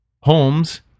Holmes